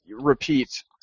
repeat